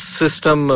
system